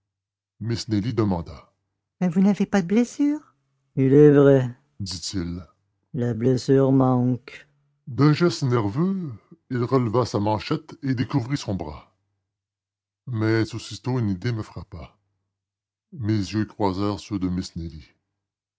miss nelly demanda mais vous n'avez pas de blessure il est vrai dit-il la blessure manque d'un geste nerveux il releva sa manchette et découvrit son bras mais aussitôt une idée me frappa mes yeux croisèrent ceux de miss nelly